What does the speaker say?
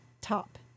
Top